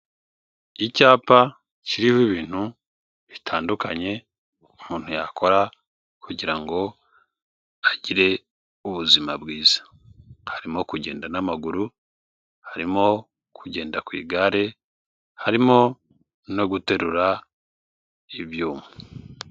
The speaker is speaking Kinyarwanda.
Icyapa kiriho ibintu bitandukanye umuntu yakora kugira ngo agire ubuzima bwiza, harimo kugenda n'amaguru, harimo kugenda ku igare, harimo no guterura ibyuma.